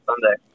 Sunday